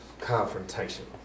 confrontation